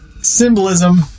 symbolism